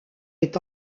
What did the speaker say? est